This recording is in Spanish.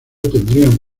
tendrían